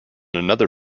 another